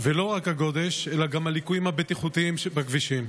ולא רק הגודש אלא גם הליקויים הבטיחותיים בכבישים.